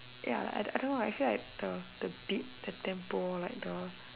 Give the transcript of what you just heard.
ya I I don't know I feel like the the beat the tempo like the